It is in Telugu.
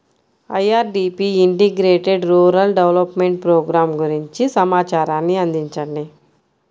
IRDP integrated rural development programme గురించి సమాచారాన్ని అందించండి?